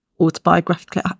autobiographically